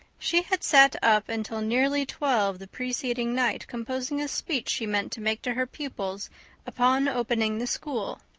she had sat up until nearly twelve the preceding night composing a speech she meant to make to her pupils upon opening the school.